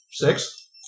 Six